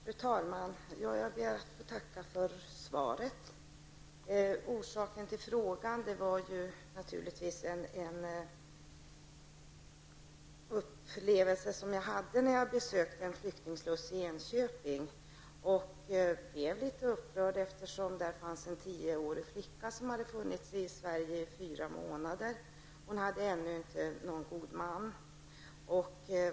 Fru talman! Jag ber att få tacka för svaret. Orsaken till frågan var en upplevelse som jag hade när jag besökte en flyktingsluss i Enköping. Jag blev litet upprörd eftersom det där fanns en tioårig flicka som hade varit i Sverige fyra månader och som ännu inte hade fått någon god man.